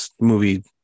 movie